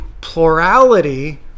plurality